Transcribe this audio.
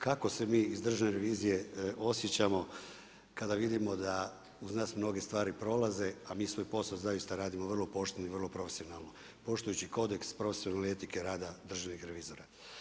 Kako se mi iz Državne revizije osjećamo kada vidimo da uz nas mnoge stvari prolaze, a mi svoj posao zaista radimo vrlo pošteno i vrlo profesionalno, poštujući kodeks … etike rada državnih revizora.